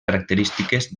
característiques